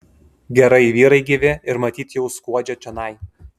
gerai vyrai gyvi ir matyt jau skuodžia čionai